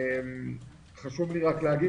חשוב לי להגיד,